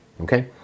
Okay